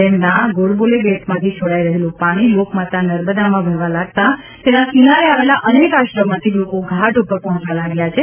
ડેમના ગોડબોલે ગેટમાંથી છોડાઈ રહેલું પાણી લોકમાતા નર્મદામાં વહેવા લાગતા તેના કિનારે આવેલા અનેક આશ્રમમાંથી લોકો ઘાટ ઉપર પહોંચવા લાગ્યા છે